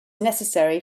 necessary